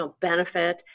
benefit